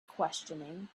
questioning